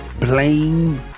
Blame